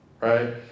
right